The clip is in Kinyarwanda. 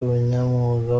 ubunyamwuga